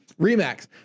remax